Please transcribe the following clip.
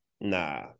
nah